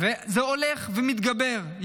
וזה הולך ומתגבר,